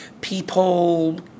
people